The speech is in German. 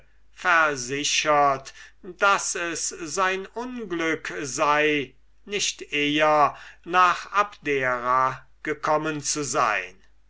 versichert daß es sein unglück sei nicht eher nach abdera gekommen zu sein